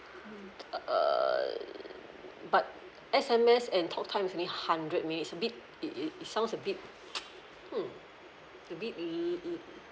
err but S_M_S and talk time is only hundred minutes a bit it it sounds a bit hmm a bit